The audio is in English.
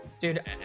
Dude